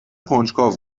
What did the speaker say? کنجکاو